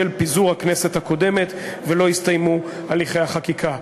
בשל פיזור הכנסת הקודמת ולא הסתיימו הליכי החקיקה.